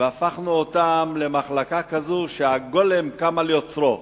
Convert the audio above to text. והפכנו אותה למחלקה כזאת שהגולם קם על יוצרו.